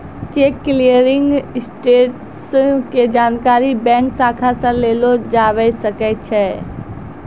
cheque clearing status के जानकारी bank शाखा से लेलो जाबै सकै छै